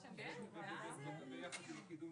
בינתיים עם ההגדרה הקיימת